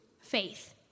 faith